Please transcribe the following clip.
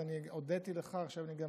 אז אני הודיתי לך, עכשיו אני גם